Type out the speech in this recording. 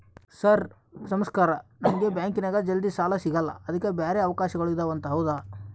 Sir ನಮಸ್ಕಾರ ನಮಗೆ ಬ್ಯಾಂಕಿನ್ಯಾಗ ಜಲ್ದಿ ಸಾಲ ಸಿಗಲ್ಲ ಅದಕ್ಕ ಬ್ಯಾರೆ ಅವಕಾಶಗಳು ಇದವಂತ ಹೌದಾ?